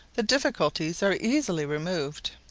the difficulties are easily removed.